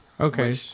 okay